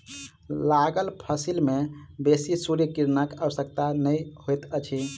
लागल फसिल में बेसी सूर्य किरणक आवश्यकता नै होइत अछि